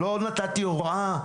לא נתתי הוראה.